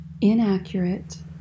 inaccurate